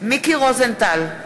מיקי רוזנטל,